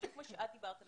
בדיוק כפי שאת דיברת עליו,